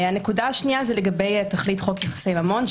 הנקודה השנייה זה לגבי תכלית חוק יחסי ממון,